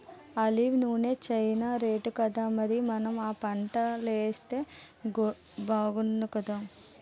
olive నూనె చానా రేటుకదా మరి మనం ఆ పంటలేస్తే బాగుణ్ణుకదా